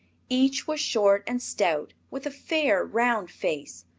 each was short and stout, with a fair, round face,